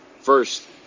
First